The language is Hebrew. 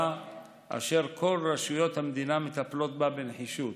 אשר כל רשויות המדינה מטפלות בה בנחישות.